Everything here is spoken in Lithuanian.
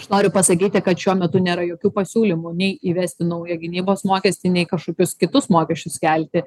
aš noriu pasakyti kad šiuo metu nėra jokių pasiūlymų nei įvesti naują gynybos mokestį nei kažkokius kitus mokesčius kelti